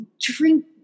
drink